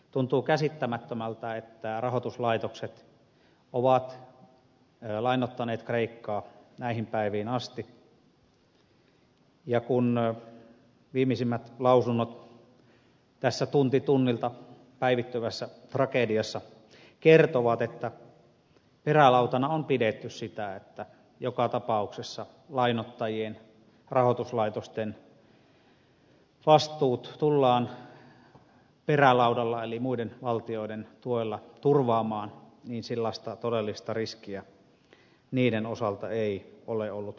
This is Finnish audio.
tuntuu käsittämättömältä että rahoituslaitokset ovat lainoittaneet kreikkaa näihin päiviin asti ja kun viimeisimmät lausunnot tässä tunti tunnilta päivittyvässä tragediassa kertovat että perälautana on pidetty sitä että joka tapauksessa lainoittajien rahoituslaitosten vastuut tullaan perälaudalla eli muiden valtioiden tuella turvaamaan niin todellista riskiä niiden osalta ei ole ollut olemassakaan